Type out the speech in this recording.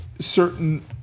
certain